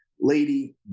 lady